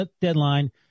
deadline